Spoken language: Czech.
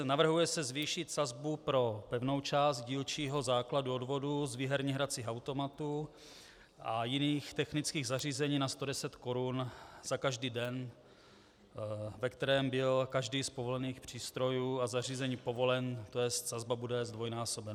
Navrhuje se zvýšit sazba pro pevnou část dílčího základu odvodu z výherních hracích automatů a jiných technických zařízení na 110 korun za každý den, ve kterém byl každý z povolených přístrojů a zařízení povolen, tj. sazba bude zdvojnásobena.